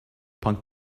punk